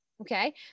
okay